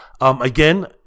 Again